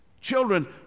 children